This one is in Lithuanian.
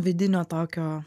vidinio tokio